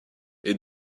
est